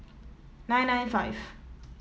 nine nine five